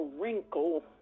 wrinkle